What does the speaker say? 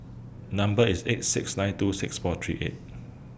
Number IS eight six nine two six four three eight